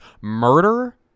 Murder